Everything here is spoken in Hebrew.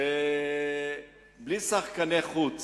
שבלי שחקני-חוץ